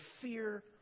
fear